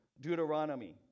Deuteronomy